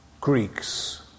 Greeks